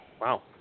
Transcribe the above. Wow